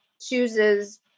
chooses